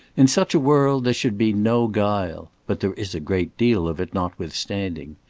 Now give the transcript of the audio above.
in such a world there should be no guile but there is a great deal of it notwithstanding.